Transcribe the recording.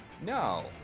No